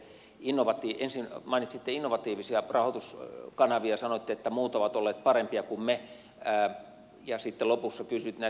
ensin mainitsitte innovatiivisia rahoituskanavia ja sanoitte että muut ovat olleet parempia kuin me ja sitten lopussa kysyitte näistä päästöhuutokauppatuloista